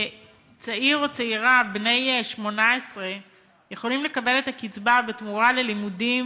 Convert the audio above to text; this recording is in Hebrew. צעיר או צעירה בני 18 יכולים לקבל את הקצבה בתמורה ללימודים,